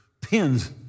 pins